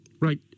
Right